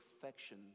perfection